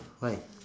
why